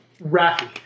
Rafi